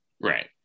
right